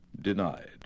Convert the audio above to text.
denied